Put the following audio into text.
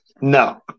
No